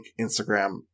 Instagram